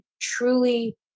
truly